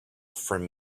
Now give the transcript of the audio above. from